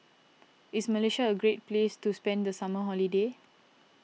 is Malaysia a great place to spend the summer holiday